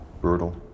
Brutal